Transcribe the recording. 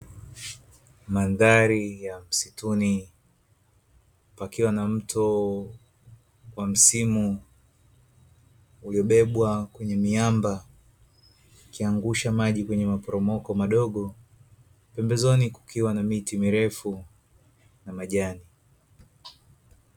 Mandhari ya msituni pakiwa na mto wa msimu uliobebwa kwenye miamba ikiangusha maji kwenye maporomoko madogo, pembezoni kukiwa miti mirefu na majani.